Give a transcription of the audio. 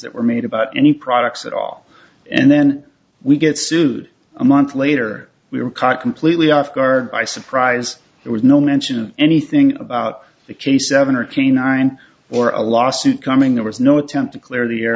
that were made about any products at all and then we get sued a month later we were caught completely off guard by surprise there was no mention of anything about the case seven or canine or a lawsuit coming there was no attempt to clear the air